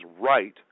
right